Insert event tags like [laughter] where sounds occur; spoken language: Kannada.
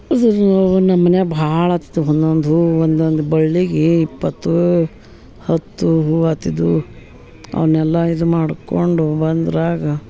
[unintelligible] ನಮ್ಮ ಮನ್ಯಾಗ ಭಾಳ ಆಗ್ತಿತು ಒಂದೊಂದು ಹೂವು ಒಂದು ಒಂದು ಬಳ್ಳಿಗೆ ಇಪ್ಪತ್ತು ಹತ್ತು ಹೂವು ಆಗ್ತಿದ್ದು ಅವನ್ನೆಲ್ಲ ಇದು ಮಾಡಿಕೊಂಡು ಬಂದಾಗ